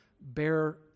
bear